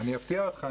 אני אפתיע אותך,